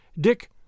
Dick